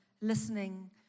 listening